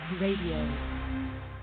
Radio